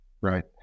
right